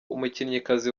umukinnyikazi